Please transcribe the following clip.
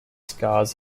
scars